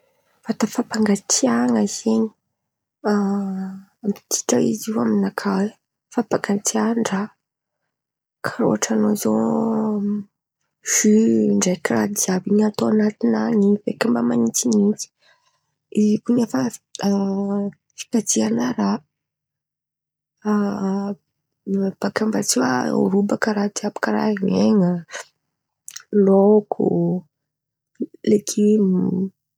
Vata fapangatsiahan̈a zen̈y midika izy io amy nakà fampangatsiahan-draha karàha ohatra ny eo ziô zio ndraiky raha jiàby ataova an̈atinany in̈y beka mba man̈itsin̈itsy. Eo koa nefa fikajian̈a raha beka mba tsy ho robaka karàha jiàby ilain̈a laôko, legiomo.